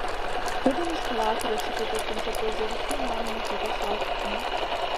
rudenišką vakarą čia taip pat koncertuos zarasų meno mokyklos auklėtiniai